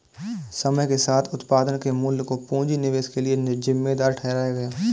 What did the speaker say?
समय के साथ उत्पादन के मूल्य को पूंजी निवेश के लिए जिम्मेदार ठहराया गया